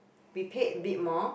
we paid a bit more